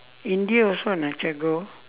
india also not yet go